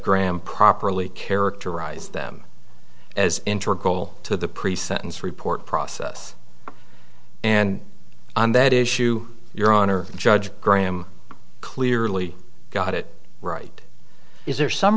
graham properly characterize them as interpol to the pre sentence report process and on that issue your honor judge graham clearly got it right is there some